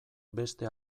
beste